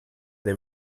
they